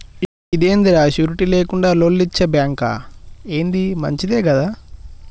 ఇదేందిరా, షూరిటీ లేకుండా లోన్లిచ్చే బాంకా, ఏంది మంచిదే గదా